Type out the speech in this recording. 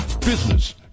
Business